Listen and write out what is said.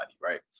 right